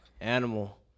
Animal